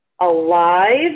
alive